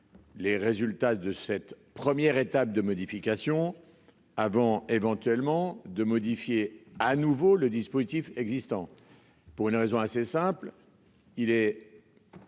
les résultats de cette première étape de modification avant de modifier à nouveau le dispositif existant, et ce pour une raison assez simple : il est